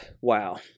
wow